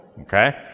okay